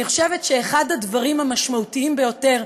אני חושבת שאחד הדברים המשמעותיים ביותר,